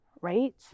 right